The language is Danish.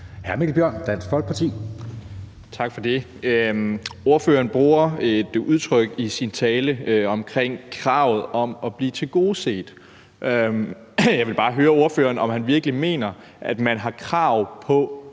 12:52 Mikkel Bjørn (DF): Tak for det. Ordføreren bruger et udtryk i sin tale, nemlig kravet om at blive tilgodeset. Jeg vil bare høre, om ordføreren virkelig mener, at man har krav på